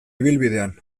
ibilbidean